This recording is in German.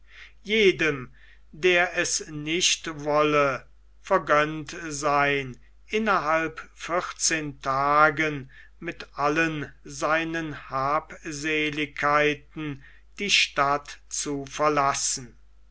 jedem der es nicht wolle vergönnt sein innerhalb vierzehn tagen mit allen seinen habseligkeiten die stadt zu verlassen